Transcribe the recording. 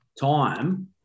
time